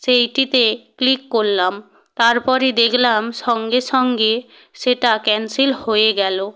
সেইটিতে click করলাম তারপরে দেখলাম সঙ্গে সঙ্গে সেটা ক্যান্সেল হয়ে গেলো